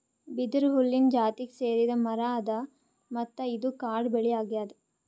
ಬಿದಿರು ಹುಲ್ಲಿನ್ ಜಾತಿಗ್ ಸೇರಿದ್ ಮರಾ ಅದಾ ಮತ್ತ್ ಇದು ಕಾಡ್ ಬೆಳಿ ಅಗ್ಯಾದ್